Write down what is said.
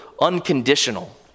unconditional